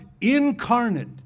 incarnate